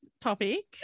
topic